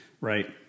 right